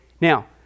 Now